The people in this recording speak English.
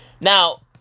Now